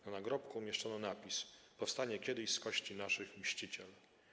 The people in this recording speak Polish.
Na nagrobku umieszczono napis: 'Powstanie kiedyś z kości naszych mściciel'